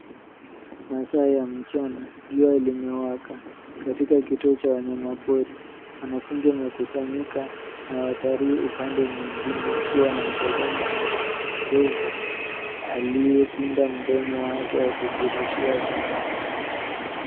Masaa ya mchana, jua limewaka. Katika kituo cha wanyamapori. Wanafunzi wamekusanyika na watalii upande mwingine huku wanamtazama ndovu, aliyepinda mdomo wake akijirushia vumbi.